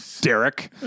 Derek